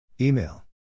Email